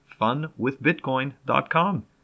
funwithbitcoin.com